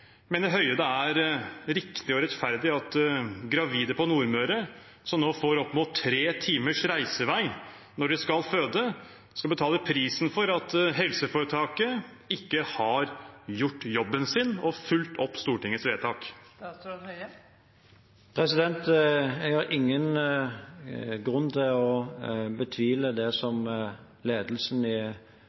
det er riktig og rettferdig at gravide på Nordmøre, som nå får opp mot tre timers reisevei når de skal føde, skal betale prisen for at helseforetaket ikke har gjort jobben sin og fulgt opp Stortingets vedtak? Jeg har ingen grunn til å betvile det som ledelsen i